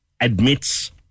admits